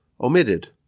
omitted